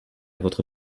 votre